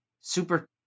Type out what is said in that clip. super